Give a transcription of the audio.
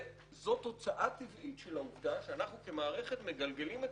זאת תוצאה טבעית של העובדה שאנחנו כמערכת מגלגלים את